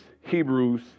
Hebrews